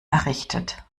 errichtet